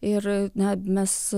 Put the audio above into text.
ir na mes